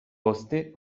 poste